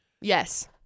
Yes